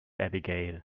abigail